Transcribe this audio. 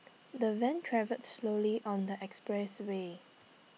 the van travelled slowly on the expressway